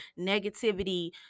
negativity